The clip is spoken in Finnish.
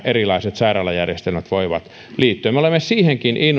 erilaiset sairaalajärjestelmät voivat liittyä me olemme siihenkin